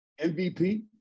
MVP